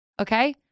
Okay